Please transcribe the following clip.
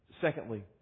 Secondly